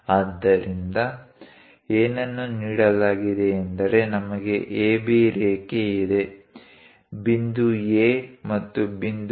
ಆದ್ದರಿಂದ ಏನನ್ನು ನೀಡಲಾಗಿದೆ ಎಂದರೆ ನಮಗೆ AB ರೇಖೆ ಇದೆ ಬಿಂದು A ಮತ್ತು ಬಿಂದು B